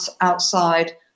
outside